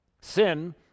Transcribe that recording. Sin